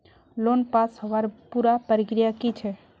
Loan pass होबार पुरा प्रक्रिया की छे?